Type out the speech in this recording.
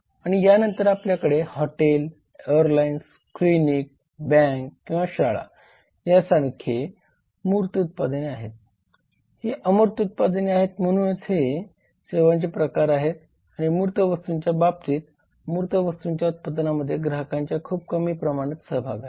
आणि या नंतर आपल्याकडे हॉटेल एअरलाईन्स क्लिनिक बँक किंवा शाळा यासारखे मूर्त उत्पादने आहेत ही अमूर्त उत्पादने आहेत म्हणूनच हे सेवांचे प्रकार आहेत आणि मूर्त वस्तूंच्या बाबतीत मूर्त वस्तूंच्या उत्पादनांमध्ये ग्राहकांचा खूप कमी प्रमाणात सहभाग आहे